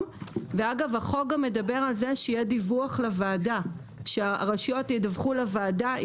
והחוק מדבר על זה שהרשויות ידווחו לוועדה.